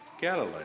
Galilee